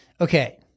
okay